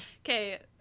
Okay